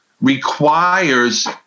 requires